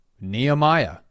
Nehemiah